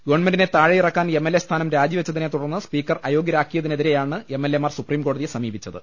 ഗവൺമെന്റിനെ താഴെയിറക്കാൻ M L A സ്ഥാനം രാജിവെച്ചതിനെ തുടർന്ന് സ്പീക്കർ അയോഗ്യരാ ക്കിയതിനെതിരെയാണ് എം എൽ എമാർ സുപ്രീംകോടതിയെ സമീപിച്ചത്